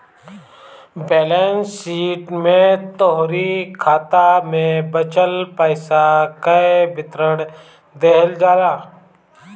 balance sheet में तोहरी खाता में बचल पईसा कअ विवरण देहल जाला